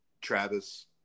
Travis